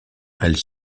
elles